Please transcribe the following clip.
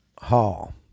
Hall